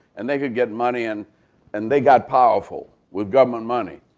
and they could get money. and and they got powerful with government money.